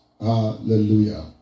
Hallelujah